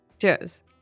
Cheers